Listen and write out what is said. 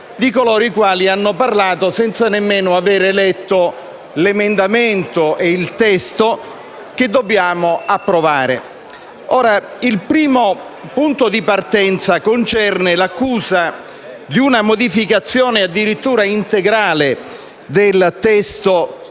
di colleghi che hanno parlato senza nemmeno aver letto l'emendamento e il testo che dobbiamo approvare. Il primo punto di partenza concerne l'accusa di una modificazione addirittura integrale del testo